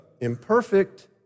imperfect